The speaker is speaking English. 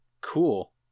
Cool